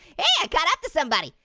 hey, i caught up to somebody.